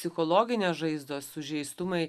psichologinės žaizdos sužeistumai